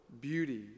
beauty